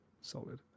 Solid